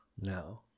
No